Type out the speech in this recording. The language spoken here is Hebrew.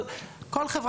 הנמוך